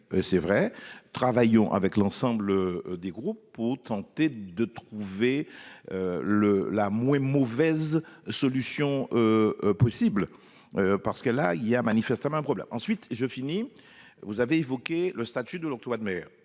et travaillons avec l'ensemble des groupes pour tenter de trouver la moins mauvaise solution possible, car il y a là manifestement un problème. Enfin, vous avez évoqué le statut de l'octroi de mer.